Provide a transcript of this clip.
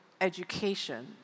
education